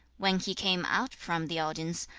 when he came out from the audience,